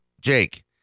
Jake